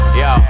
yo